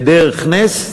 בדרך נס,